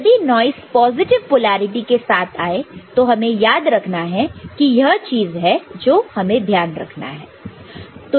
यदि noise positive polarity के साथ आए तो हमें याद रखना है कि यह चीज है जो हमें ध्यान रखना है